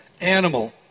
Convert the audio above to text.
animal